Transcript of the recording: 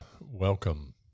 Welcome